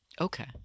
Okay